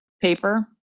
paper